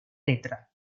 letra